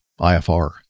IFR